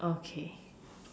okay